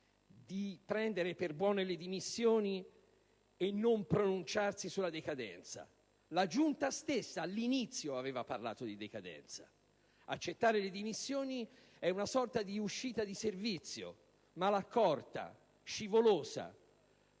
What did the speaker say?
di prendere per buone le dimissioni senza pronunciarci sulla decadenza, della quale la Giunta stessa, all'inizio, aveva parlato: accettare le dimissioni è una sorta di uscita di servizio malaccorta, scivolosa,